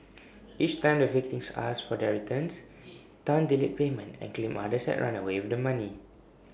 each time the victims asked for their returns Tan delayed payment and claimed others had run away with the money